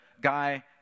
guy